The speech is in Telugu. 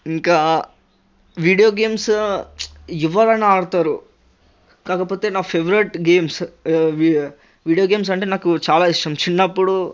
ఇంకా వీడియో గేమ్స్ ఎవరన్నా ఆడతారు కాకపోతే నా ఫేవరేట్ గేమ్స్ వీ వీడియో గేమ్స్ అంటే నాకు చాలా ఇష్టం చిన్నప్పుడు